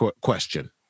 question